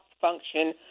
function